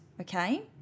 okay